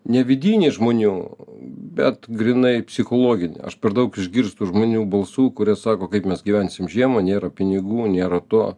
ne vidinį žmonių bet grynai psichologinį aš per daug išgirstu žmonių balsų kurie sako kaip mes gyvensim žiemą nėra pinigų nėra to